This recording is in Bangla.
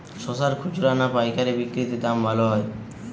শশার খুচরা না পায়কারী বিক্রি তে দাম ভালো হয়?